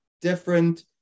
different